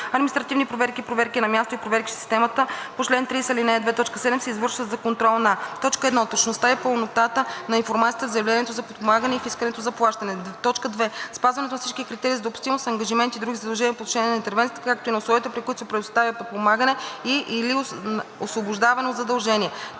Административни проверки, проверки на място и проверки чрез системата по чл. 30, ал. 2, т. 7 се извършват за контрол на: 1. точността и пълнотата на информацията в заявлението за подпомагане и в искането за плащане; 2. спазването на всички критерии за допустимост, ангажименти и други задължения по отношение на интервенцията, както и на условията, при които се предоставя подпомагане и/или освобождаване от задължения; 3.